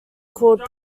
called